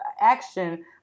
action